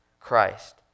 Christ